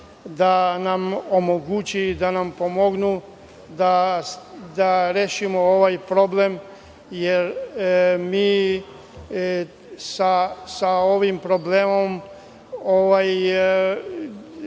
da nam omogući i da nam pomognu da rešimo ovaj problem, jer mi sa ovim problemom naše